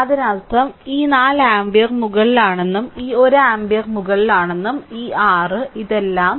അതിനർത്ഥം ഈ 4 ആമ്പിയർ മുകളിലാണെന്നും ഈ 1 ആമ്പിയർ മുകളിലാണെന്നും ഈ r ഇതെല്ലാം